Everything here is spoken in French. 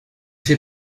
fait